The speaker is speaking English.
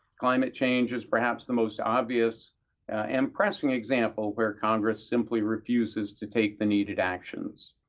climate change is perhaps the most obvious and pressing example where congress simply refuses to take the needed actions.